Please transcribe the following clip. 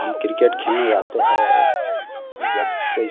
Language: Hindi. हम क्रिकेट खेलने जाते है जब कोई